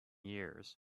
years